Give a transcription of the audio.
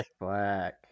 Black